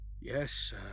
Yes